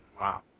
Wow